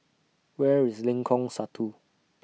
Where IS Lengkong Satu